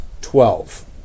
twelve